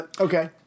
Okay